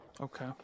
Okay